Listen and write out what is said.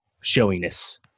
showiness